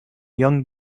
young